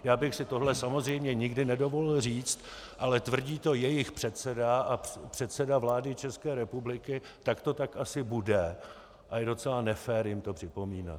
Já bych si tohle samozřejmě nikdy nedovolil říct, ale tvrdí to jejich předseda a předseda vlády České republiky, tak to tak asi bude a je docela nefér jim to připomínat.